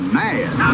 mad